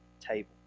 table